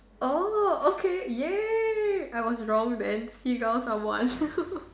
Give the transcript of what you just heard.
okay ya I was wrong then seagulls are one